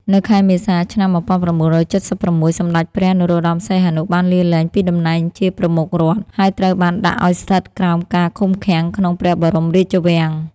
នៅខែមេសា ឆ្នាំ១៩៧៦ សម្ដេចព្រះ នរោត្តម សីហនុ បានលាលែងពីតំណែងជាប្រមុខរដ្ឋ ហើយត្រូវបានដាក់ឱ្យស្ថិតក្រោមការឃុំឃាំងក្នុងព្រះបរមរាជវាំង។